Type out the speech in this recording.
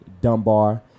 Dunbar